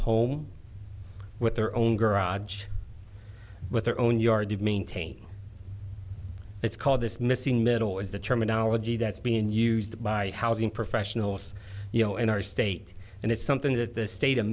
home with their own garage with their own yard to maintain it's called this missing middle is the terminology that's been used by housing professionals you know in our state and it's something that the state of